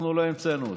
אנחנו לא המצאנו אותה.